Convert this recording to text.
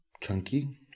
chunky